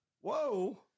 Whoa